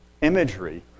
imagery